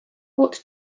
what